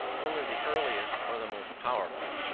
only the earliest or the most powerful,